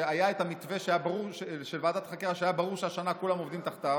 שהיה את המתווה של ועדת החקירה והיה ברור שהשנה כולם עובדים תחתיו,